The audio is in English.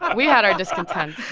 we had our discontents.